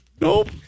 Nope